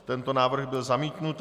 Tento návrh byl zamítnut.